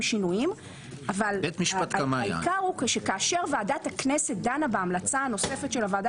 שינויים אבל כאשר ועדת הכנסת דנה בהמלצה הנוספת של הוועדה